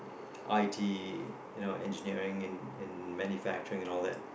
I_T you know engineering and and manufacturing and all that